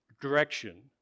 direction